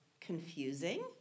confusing